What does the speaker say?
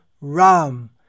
Ram